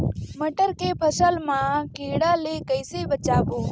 मटर के फसल मा कीड़ा ले कइसे बचाबो?